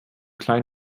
klein